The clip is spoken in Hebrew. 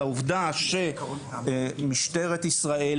והעובדה שמשטרת ישראל,